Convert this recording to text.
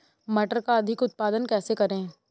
मटर का अधिक उत्पादन कैसे करें?